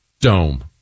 Dome